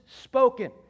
spoken